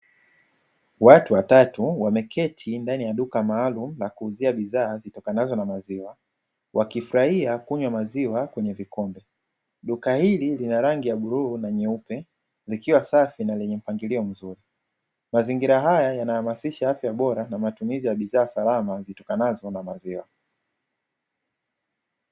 Watu watatu wameketi ndani ya duka maalumu la kuuzia bidhaa zitokanazo na maziwa wakifurahia kunywa maziwa kwenye vikombe, duka hili lina rangi ya bluu na nyeupe likiwa safi na lenye mpangilio mzuri, mazingira haya yanahamasisha afya bora na matumizi ya bidhaa salama zitokanazo na maziwa.